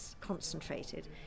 concentrated